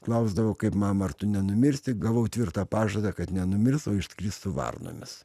klausdavau kaip mama ar tu nenumirsi gavau tvirtą pažadą kad nenumirs o išskris su varnomis